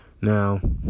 Now